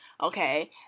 okay